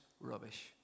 rubbish